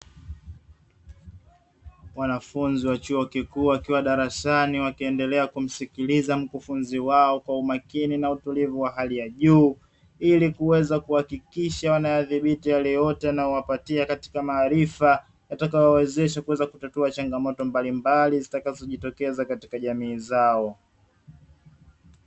Wanafunzi wa chuo kikuu wakiwa darasani wakiendelea kumsikiliza mkufunzi wao, kwa umakini na utulivu wa hali ya juu ilikuweza kuhakikisha wanayadhibiti yale yote wanayopatiwa katika maarifa, yatakayowawezesha kutatua changamoto mbalimbali zitakazo jitokeza katika jamii zao.